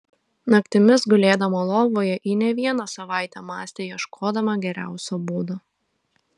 naktimis gulėdama lovoje ji ne vieną savaitę mąstė ieškodama geriausio būdo